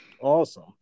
Awesome